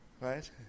right